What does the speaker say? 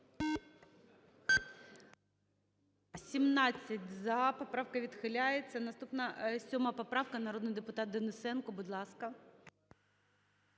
За-17 Поправка відхиляється. Наступна - 7 поправка. Народний депутат Денисенко. Будь ласка.